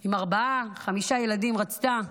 עם ארבעה-חמישה ילדים רצתה